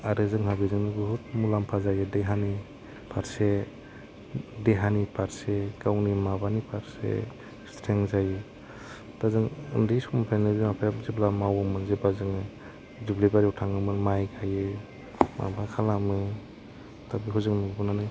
आरो जोंहा बेजों बहुथ मुलाम्फा जायो देहानि फारसे देहानि फारसे गावनि माबानि फारसे स्ट्रें जायो दा जों उन्दै समनिफ्रायनो बिमा फिफाया जेब्ला मावयोमोन जेब्ला जोङो दुब्लि बारियाव थाङोमोन माइ गाइयो माबा खालामो दा बेखौ जों नुबोनानै